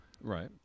right